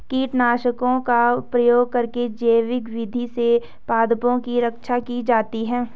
कीटनाशकों का प्रयोग करके जैविक विधि से पादपों की रक्षा की जाती है